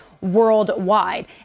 worldwide